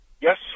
Yes